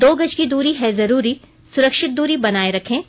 दो गज की दूरी है जरूरी सुरक्षित दूरी बनाए रखें